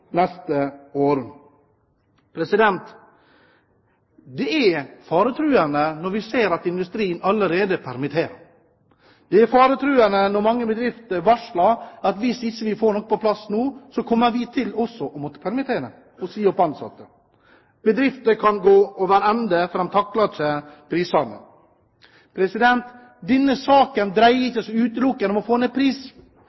neste år. Det er faretruende når vi ser at industrien allerede permitterer. Det er faretruende når mange bedrifter varsler at hvis vi ikke får noe på plass nå, kommer de også til å måtte permittere og si opp ansatte. Bedrifter kan gå over ende fordi de ikke takler prisene. Denne saken dreier seg ikke utelukkende om å få ned prisen. Denne saken dreier